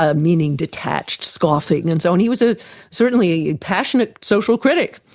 ah meaning detached, scoffing and so on. he was ah certainly a passionate social critic.